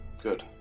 good